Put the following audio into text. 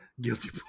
guilty